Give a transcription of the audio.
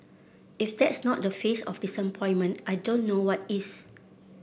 if that's not the face of disappointment I don't know what is